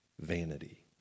vanity